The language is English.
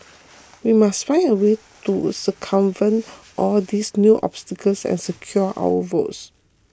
we must find a way to circumvent all these new obstacles and secure our votes